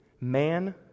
Man